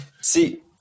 See